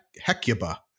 Hecuba